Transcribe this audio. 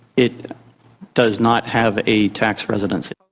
it does not have a tax residency.